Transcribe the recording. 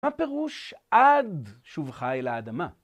מה פירוש עד שובך אל האדמה?